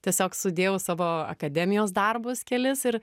tiesiog sudėjau savo akademijos darbus kelis ir